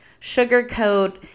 sugarcoat